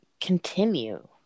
continue